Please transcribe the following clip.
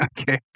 okay